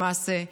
למעשה,